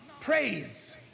Praise